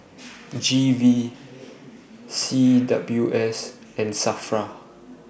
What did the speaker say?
G V C W S and SAFRA